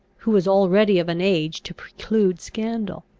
who was already of an age to preclude scandal.